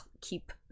keep